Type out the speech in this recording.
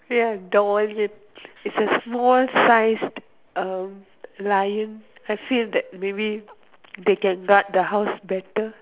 ya doggy its a small sized um lion I feel that maybe they can guard the house better